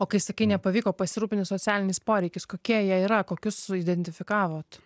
o kai sakai nepavyko pasirūpini socialiniais poreikiais kokie jie yra kokius identifikavot